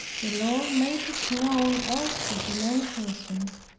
the lord made it known also to many persons,